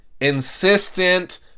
insistent